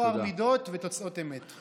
טוהר מידות ותוצאות אמת.